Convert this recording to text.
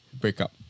breakup